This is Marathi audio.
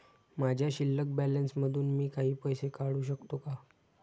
माझ्या शिल्लक बॅलन्स मधून मी काही पैसे काढू शकतो का?